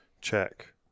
check